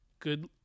Good